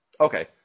okay